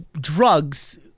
drugs